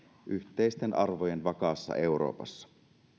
yhteisten arvojen vakaassa euroopassa